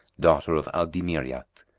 daughter of al dimiryat,